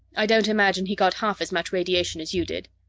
i don't imagine he got half as much radiation as you did.